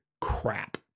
crap